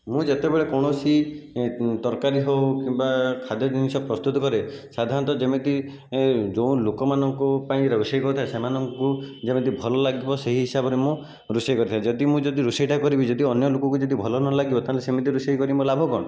ମୁଁ ଯେତେବେଳେ କୌଣସି ତରକାରୀ ହେଉ କିମ୍ବା ଖାଦ୍ୟ ଜିନିଷ ପ୍ରସ୍ତୁତ କରେ ସାଧାରଣତଃ ଯେମିତି ଯୋଉଁ ଲୋକମାନଙ୍କ ପାଇଁ ରୋଷେଇ କରିଥାଏ ସେମାନଙ୍କୁ ଯେମିତି ଭଲ ଲାଗିବ ସେହି ହିସାବରେ ମୁଁ ରୋଷେଇ କରିଥାଏ ଯଦି ମୁଁ ଯଦି ରୋଷେଇଟା କରିବି ଯଦି ଅନ୍ୟ ଲୋକକୁ ଯଦି ଭଲ ନ ଲାଗିବ ତାହେଲେ ସେମିତି ରୋଷେଇ କରିକି ମୋ ଲାଭ କଣ